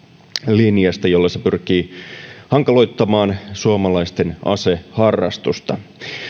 linjasta jolla se pyrkii hankaloittamaan suomalaisten aseharrastusta